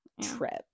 trip